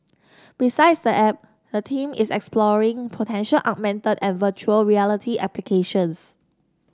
besides the app the team is exploring potential augmented and virtual reality applications